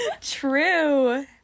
True